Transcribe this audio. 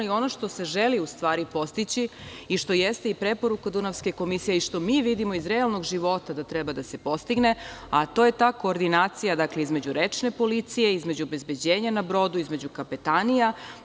Ono što se u stvari želi postići i što jeste i preporuka Dunavske komisije i što mi vidimo iz realnog života da treba da se postigne jeste ta koordinacija između rečne policije, između obezbeđenja na brodu, između kapetanija.